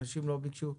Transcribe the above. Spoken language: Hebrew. אנשים לא ביקשו.